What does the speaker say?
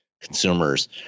consumers